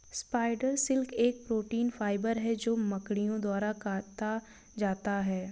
spider silk एक protein fibre है जो मकड़ियों द्वारा काता जाता है